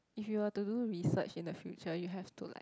if you were to do research in the future you have to like